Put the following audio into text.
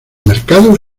mercados